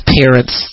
parents